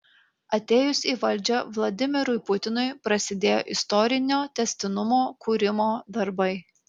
atėjus į valdžią vladimirui putinui prasidėjo istorinio tęstinumo kūrimo darbai